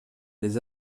les